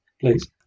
please